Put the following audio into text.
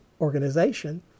organization